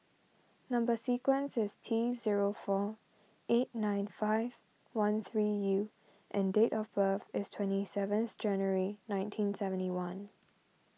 Number Sequence is T zero four eight nine five one three U and date of birth is twenty seventh January nineteen seventy one